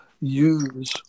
use